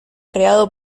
creado